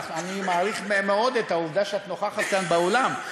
אני מעריך מאוד את העובדה שאת נוכחת כאן באולם.